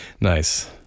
Nice